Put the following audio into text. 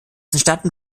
entstanden